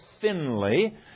thinly